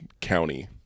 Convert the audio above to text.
county